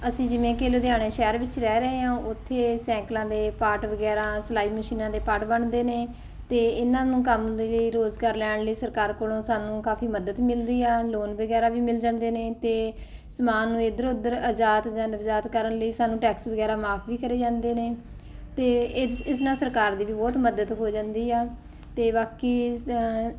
ਅਸੀਂ ਜਿਵੇਂ ਕਿ ਲੁਧਿਆਣਾ ਸ਼ਹਿਰ ਵਿੱਚ ਰਹਿ ਰਹੇ ਹਾਂ ਉੱਥੇ ਸਾਈਕਲਾਂ ਦੇ ਪਾਰਟ ਵਗੈਰਾ ਸਿਲਾਈ ਮਸ਼ੀਨਾਂ ਦੇ ਪਾਟ ਬਣਦੇ ਨੇ ਅਤੇ ਇਹਨਾਂ ਨੂੰ ਕੰਮ ਦੇ ਲਈ ਰੋਜ਼ਗਾਰ ਲੈਣ ਲਈ ਸਰਕਾਰ ਕੋਲੋਂ ਸਾਨੂੰ ਕਾਫੀ ਮਦਦ ਮਿਲ ਰਹੀ ਆ ਲੋਨ ਵਗੈਰਾ ਵੀ ਮਿਲ ਜਾਂਦੇ ਨੇ ਅਤੇ ਸਮਾਨ ਨੂੰ ਇੱਧਰ ਉੱਧਰ ਆਯਾਤ ਜਾਂ ਨਿਰਯਾਤ ਕਰਨ ਲਈ ਸਾਨੂੰ ਟੈਕਸ ਵਗੈਰਾ ਮੁਆਫ ਵੀ ਕਰੇ ਜਾਂਦੇ ਨੇ ਅਤੇ ਇਸ ਇਸ ਨਾਲ ਸਰਕਾਰ ਦੀ ਵੀ ਬਹੁਤ ਮਦਦ ਹੋ ਜਾਂਦੀ ਆ ਅਤੇ ਬਾਕੀ